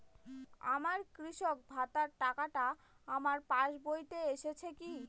আমার কৃষক ভাতার টাকাটা আমার পাসবইতে এসেছে কি?